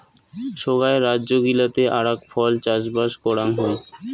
সোগায় রাজ্য গিলাতে আরাক ফল চাষবাস করাং হই